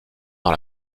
dans